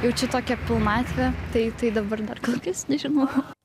jaučiu tokią pilnatvę tai tai dabar dar kol kas nežinau